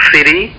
City